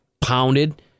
pounded